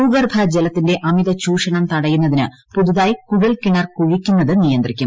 ഭൂഗർഭ ജലത്തിന്റെ അമിത ചൂഷണം തടയുന്നതിന് പുതുതായി കുഴൽക്കിണർ കുഴിക്കുന്നത് നിയന്ത്രിക്കും